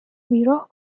بیراه